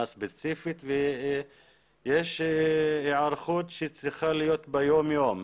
ספציפית ויש היערכות שצריכה להיות ביום יום.